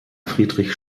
friedrich